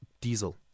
diesel